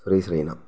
Suresh Raina